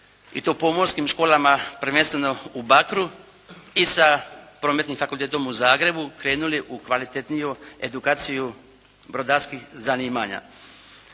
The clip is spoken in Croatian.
i to pomorskim školama prvenstveno u Bakru i sa Prometnim fakultetom u Zagrebu krenuli u kvalitetniju edukaciju brodarskih zanimanja.